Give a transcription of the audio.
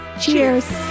Cheers